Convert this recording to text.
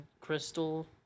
crystal